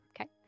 Okay